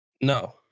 No